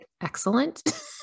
excellent